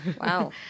Wow